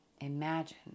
imagine